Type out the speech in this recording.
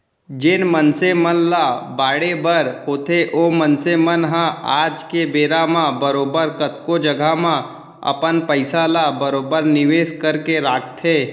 जेन मनसे मन ल बाढ़े बर होथे ओ मनसे मन ह आज के बेरा म बरोबर कतको जघा म अपन पइसा ल बरोबर निवेस करके राखथें